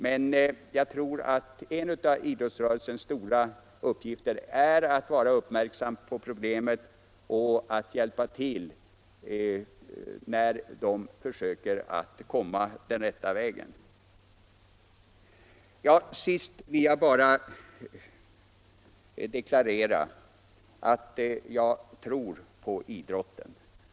Men jag tror att en av idrottsrörelsens stora uppgifter är att vara uppmärksam på problemet och att hjälpa till när producenterna försöker att komma den rätta vägen. Till sist vill jag bara deklarera att jag tror på idrotten.